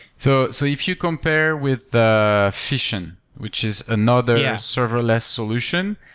so so if you compare with the fission, which is another yeah serverless solution